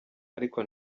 ariko